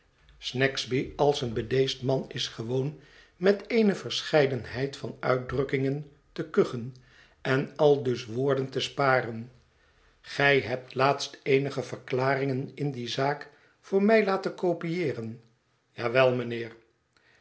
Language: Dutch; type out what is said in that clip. als een bedeesd man is gewoon met eene verscheidenheid van uitdrukkingen te kuchen en aldus woorden te sparen gij hebt laatst eenige verklaringen in die zaak voor mij laten kopieeren ja wel mijnheer